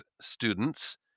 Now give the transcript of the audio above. students